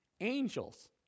angels